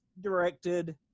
directed